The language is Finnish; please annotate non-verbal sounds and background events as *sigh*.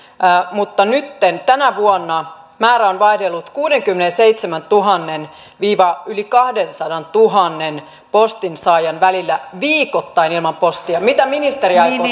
mutta nytten tänä vuonna määrä on vaihdellut kuudenkymmenenseitsemäntuhannen ja yli kahdensadantuhannen postin saajan välillä jotka jäävät viikoittain ilman postia mitä ministeri aikoo *unintelligible*